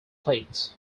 plate